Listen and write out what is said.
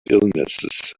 illnesses